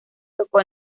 tocó